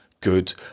good